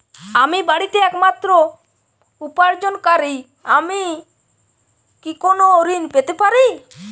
আমি বাড়িতে একমাত্র উপার্জনকারী আমি কি কোনো ঋণ পেতে পারি?